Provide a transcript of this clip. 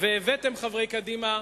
והבאתם, חברי קדימה,